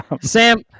Sam